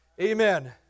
Amen